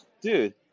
Dude